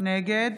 נגד